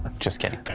just kidding.